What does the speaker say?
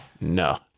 No